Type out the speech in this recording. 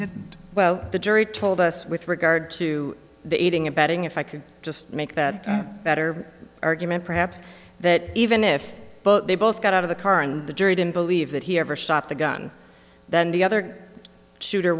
did well the jury told us with regard to the aiding abetting if i could just make that better argument perhaps that even if they both got out of the car and the jury didn't believe that he ever shot the gun then the other shooter